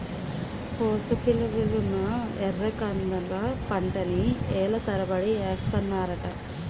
పోసకిలువలున్న ఎర్రకందుల పంటని ఏళ్ళ తరబడి ఏస్తన్నారట